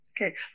Okay